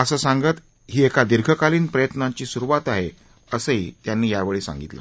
असं सांगत ही एका दीर्घकालीन प्रयत्नांची सुरुवात आहे असं यांनी यावेळी सांगितलं